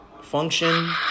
function